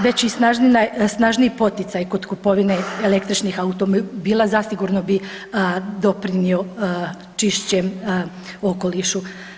Veći i snažniji poticaji kod kupovine električnih automobila zasigurno bi doprinio čišćem okolišu.